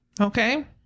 Okay